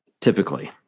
typically